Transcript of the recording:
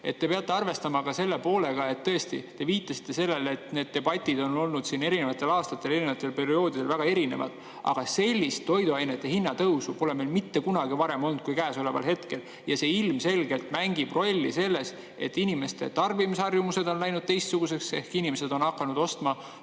ja te peate arvestama ka selle poolega. Tõesti, te viitasite sellele, et need debatid on olnud siin erinevatel aastatel erinevatel perioodidel väga erinevad, aga sellist toiduainete hinna tõusu pole meil mitte kunagi varem olnud kui käesoleval hetkel. Ja see ilmselgelt mängib rolli selles, et inimeste tarbimisharjumused on läinud teistsuguseks ehk inimesed on hakanud ostma